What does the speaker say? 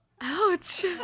Ouch